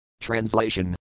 Translation